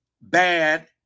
bad